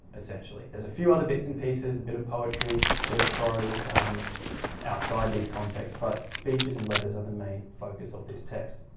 essentially. there's a few other bits and pieces the bit of poetry, a bit of prose outside these contexts but speeches and letters are the main focus of this text.